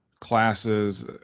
classes